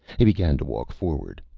he began to walk forward,